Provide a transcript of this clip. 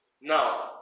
Now